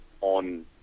on